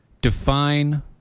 define